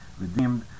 redeemed